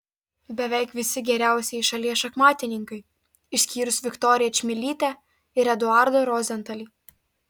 beveik visi geriausieji šalies šachmatininkai išskyrus viktoriją čmilytę ir eduardą rozentalį